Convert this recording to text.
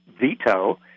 veto